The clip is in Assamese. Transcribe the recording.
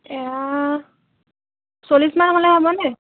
এয়া চল্লিছমান হ'লে হ'বনে